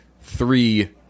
three